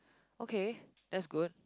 okay that's good